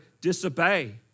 disobey